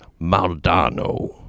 Maldano